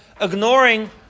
ignoring